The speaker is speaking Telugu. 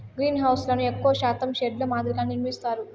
గ్రీన్హౌస్లను ఎక్కువ శాతం షెడ్ ల మాదిరిగానే నిర్మిత్తారు